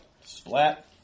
Splat